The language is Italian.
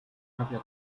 propria